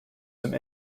some